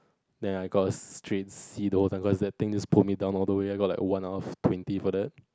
then I got a straight C though it was that thing just pulled me down all the way I got like one out of twenty for that